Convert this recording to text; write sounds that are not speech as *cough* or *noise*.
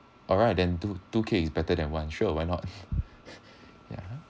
alright then two two k is better than one sure why not *laughs* yeah